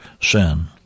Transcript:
sin